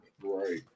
Right